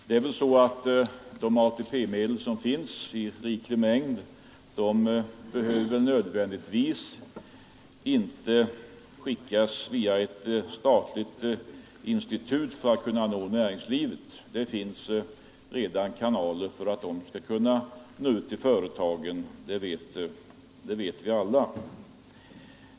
De ATP-medel som finns i riklig mängd behöver inte nödvändigtvis clearas via ett statligt institut för att kunna nå näringslivet. Det finns redan kanaler för att de skall kunna nå ut till företagen, det vet vi alla.